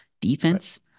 Defense